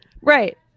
Right